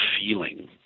feeling